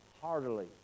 heartily